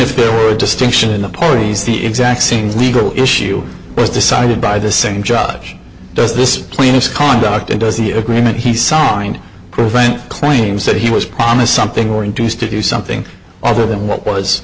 if there were a distinction in the parties the exact seems legal issue was decided by the same job does this plaintiffs conduct and does the agreement he signed prevent claims that he was promised something or induced to do something other than what was